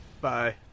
Bye